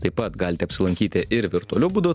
taip pat galite apsilankyti ir virtualiu būdu